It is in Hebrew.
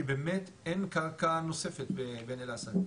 כי באמת אין קרקע נוספת בעין אל-אסד,